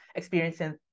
experiencing